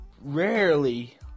rarely